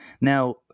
Now